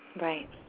Right